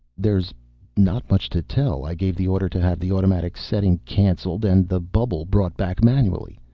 there's not much to tell. i gave the order to have the automatic setting canceled and the bubble brought back manually.